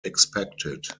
expected